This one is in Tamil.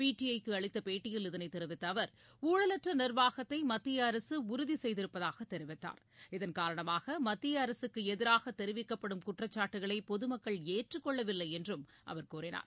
பிடிஐக்கு அளித்த பேட்டியில் இதனை தெரிவித்த அவர் ஊழலற்ற நிர்வாகத்தை மத்திய அரசு உறுதி செய்திருப்பதாக தெரிவித்தார் இதன்காரணமாக மத்திய அரசுக்கு எதிராக தெரிவிக்கப்படும் குற்றச்சாட்டுக்களை பொதுமக்கள் ஏற்றுக்கொள்ளவில்லை என்றும் அவர் கூறினார்